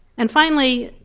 and finally,